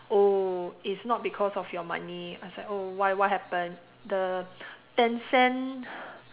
oh it's not because of your money I was like oh why what happen the ten cent